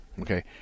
Okay